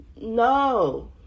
no